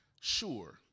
sure